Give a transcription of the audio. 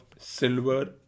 silver